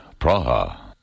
Praha